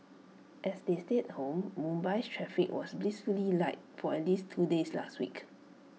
as they stayed home Mumbai's traffic was blissfully light for at least two days last week